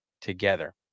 together